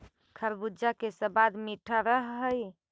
खरबूजा के सबाद मीठा रह हई